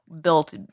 built